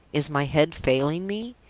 is my head failing me?